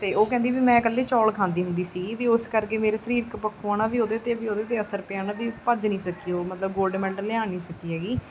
ਅਤੇ ਉਹ ਕਹਿੰਦੀ ਵੀ ਮੈਂ ਇਕੱਲੇ ਚੌਲ ਖਾਂਦੀ ਹੁੰਦੀ ਸੀਗੀ ਵੀ ਓਸ ਕਰਕੇ ਮੇਰੇ ਸਰੀਰਕ ਪੱਖੋਂ ਹੈ ਨਾ ਵੀ ਉਹਦੇ 'ਤੇ ਵੀ ਉਹਦੇ 'ਤੇ ਅਸਰ ਪਿਆ ਨਾ ਵੀ ਭੱਜ ਨਹੀਂ ਸਕੀ ਉਹ ਮਤਲਬ ਗੋਲਡ ਮੈਡਲ ਲਿਆ ਨਹੀਂ ਸਕੀ ਹੈਗੀ